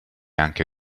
anche